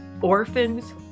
Orphans